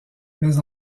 mais